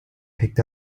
picked